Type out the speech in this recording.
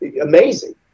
amazing